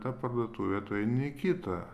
ta parduotuvė tu eini į kitą